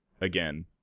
again